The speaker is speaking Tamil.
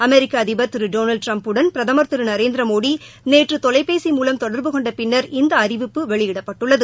அமெிக்க அதிபர் திரு டொனால்டு ட்டிரம்புடன் பிரதம் திரு நரேந்திரமோடி நேற்று தொலைபேசி மூலம் தொடர்பு கொண்ட பின்னர் இந்த அறிவிப்பு வெளியிடப்பட்டுள்ளது